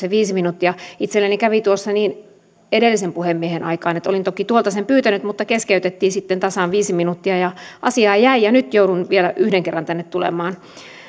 on viisi minuuttia itselleni kävi tuossa niin edellisen puhemiehen aikana että olin toki tuolta paikalta sen pyytänyt mutta keskeytettiin sitten tasan viiteen minuuttiin asiaa jäi ja nyt joudun vielä yhden kerran tänne tulemaan